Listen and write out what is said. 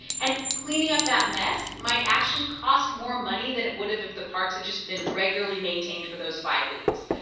and cleaning up that mess might actually cost more money than it would've would've if the parks had just been regularly maintained for those five weeks.